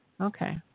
Okay